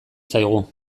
zaigu